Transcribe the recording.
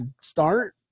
start